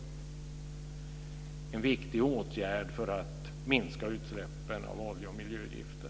Det är en viktig åtgärd för att minska utsläppen av olja och miljögifter.